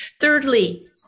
Thirdly